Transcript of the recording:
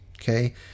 okay